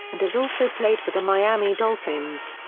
and has also played for the miami dolphins.